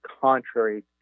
contrary